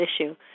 issue